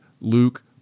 Luke